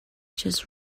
just